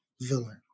villain